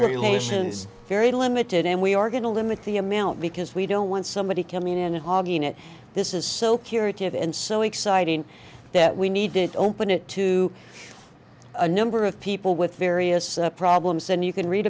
patients very limited and we are going to limit the amount because we don't want somebody coming in and hogging it this is so curative and so exciting that we need to open it to a number of people with various problems and you can read